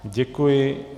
Děkuji.